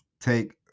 take